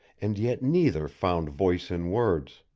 and yet neither found voice in words.